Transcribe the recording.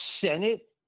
senate